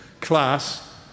class